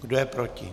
Kdo je proti?